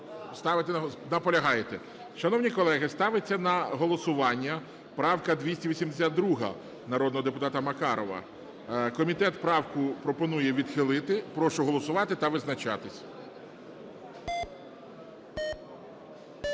Наполягаєте. Шановні колеги, ставиться на голосування правка 282-а народного депутата Макарова. Комітет правку пропонує відхилити. Прошу голосувати та визначатись.